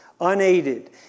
unaided